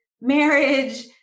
marriage